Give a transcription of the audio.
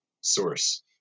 source